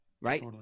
Right